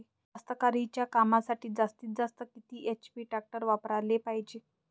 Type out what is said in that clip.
कास्तकारीच्या कामासाठी जास्तीत जास्त किती एच.पी टॅक्टर वापराले पायजे?